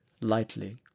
lightly